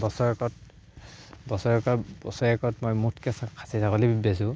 বছৰেকত বছৰেকৰ বছৰেকত মই মুঠকে খাচী ছাগলী বেছোঁ